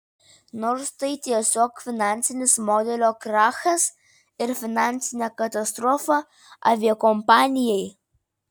nors tai tiesiog finansinis modelio krachas ir finansinė katastrofa aviakompanijai